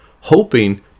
hoping